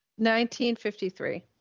1953